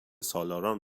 سالاران